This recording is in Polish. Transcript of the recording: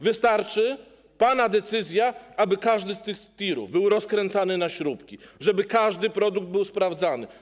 Wystarczy pana decyzja, aby każdy z tych tirów był rozkręcany na śrubki, żeby każdy produkt był sprawdzany.